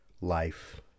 life